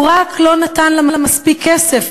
הוא רק לא נתן לה מספיק כסף,